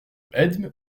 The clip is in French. edme